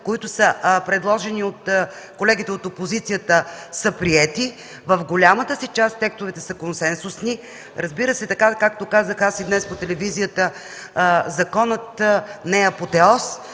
които са предложени от колегите от опозицията, са приети, в голямата си част текстовете са консенсусни. Разбира се, както казах и днес по телевизията, законът не е апотеос.